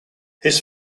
his